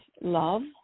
love